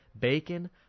bacon